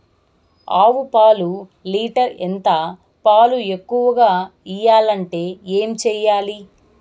ఆవు పాలు లీటర్ ఎంత? పాలు ఎక్కువగా ఇయ్యాలంటే ఏం చేయాలి?